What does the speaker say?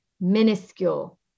minuscule